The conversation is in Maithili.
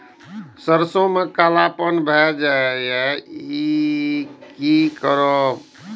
सरसों में कालापन भाय जाय इ कि करब?